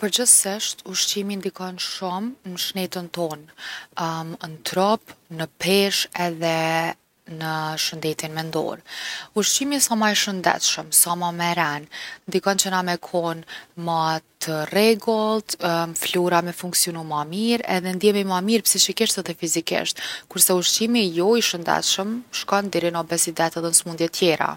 Përgjëthsisht ushqimi ndikon shumë n’shnetën tonë, n’trup, në peshë edhe në shëndetin mendor. Ushqimi sa ma i shëndetshëm, sa ma me ren, ndikon që na me kon ma t’rregullt, flora me funksionu ma mirë edhe ndjehemi ma mirë psiqikisht edhe fizikisht. Kurse ushqimi jo i shëndetshëm shkon deri në obezitet edhe smundje tjera.